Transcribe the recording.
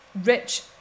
rich